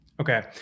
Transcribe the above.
Okay